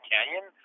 Canyon